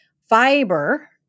fiber